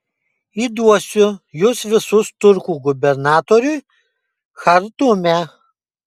įduosiu jus visus turkų gubernatoriui chartume